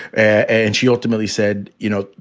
and she ultimately said, you know,